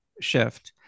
shift